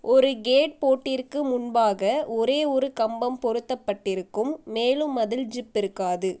ஒரு கேட்போட்டிற்கு முன்பாக ஒரே ஒரு கம்பம் பொருத்தப்பட்டிருக்கும் மேலும் அதில் ஜிப் இருக்காது